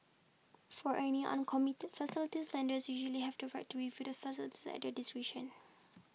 for any uncommitted facilities lenders usually have the right to review the facilities at their discretion